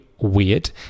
weird